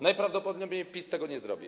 Najprawdopodobniej PiS tego nie zrobi.